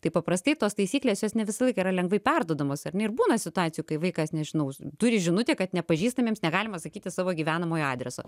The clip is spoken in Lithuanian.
tai paprastai tos taisyklės jos ne visą laiką yra lengvai perduodamos ar ne ir būna situacijų kai vaikas nežinau turi žinutę kad nepažįstamiems negalima sakyti savo gyvenamojo adreso